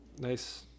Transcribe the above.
Nice